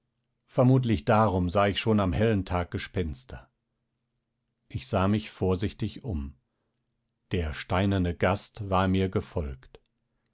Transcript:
vermutlich darum sah ich schon am hellen tag gespenster ich sah mich vorsichtig um der steinerne gast war mir gefolgt